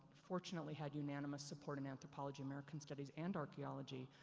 fortunately had unanimous support in anthropology, american studies and archeology.